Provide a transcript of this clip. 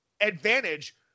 advantage